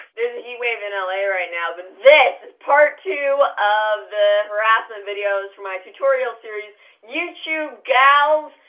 there's a heat wave in la right now but this is part two of the harassment videos for my tutorial series youtube girls,